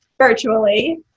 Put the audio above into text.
virtually